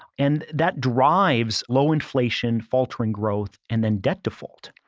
and that drives low inflation, faltering growth, and then debt default.